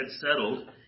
settled